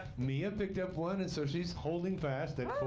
mia picked up one and so she's holding fast and